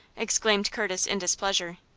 exclaimed curtis, in displeasure.